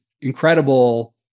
incredible